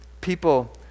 People